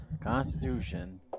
Constitution